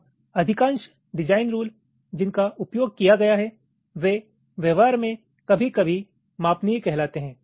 अब अधिकांश design rule जिनका उपयोग किया गया है वे व्यवहार में कभी कभी मापनीय कहलाते हैं